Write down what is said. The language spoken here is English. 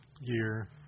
year